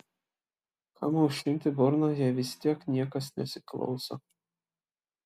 kam aušinti burną jei vis tiek niekas nesiklauso